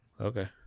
Okay